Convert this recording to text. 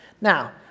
Now